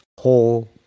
whole